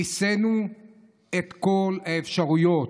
ניסינו את כל האפשרויות.